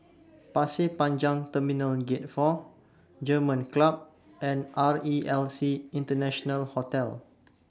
Pasir Panjang Terminal Gate four German Club and R E L C International Hotel